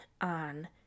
on